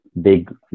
big